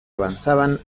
avanzaban